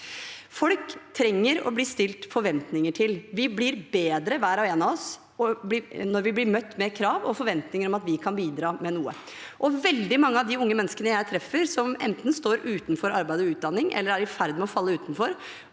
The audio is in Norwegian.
Folk trenger å bli stilt forventninger til. Vi blir bedre, hver og en av oss, når vi blir møtt med krav og forventninger om at vi kan bidra med noe. Veldig mange av de unge menneskene jeg treffer som enten står utenfor arbeid og utdanning eller er i ferd med å falle utenfor,